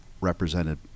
represented